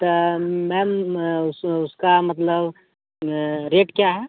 तो मैम उस उसका मतलब रेट क्या है